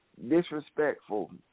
Disrespectful